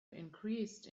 increased